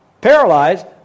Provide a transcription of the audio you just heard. paralyzed